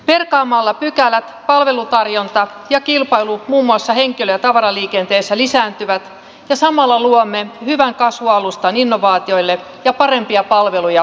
perkaamalla pykälät palvelutarjonta ja kilpailu muun muassa henkilö ja tavaraliikenteessä lisääntyvät ja samalla luomme hyvän kasvualustan innovaatioille ja parempia palveluja ihmisille